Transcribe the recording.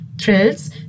thrills